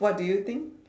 what do you think